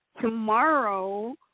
Tomorrow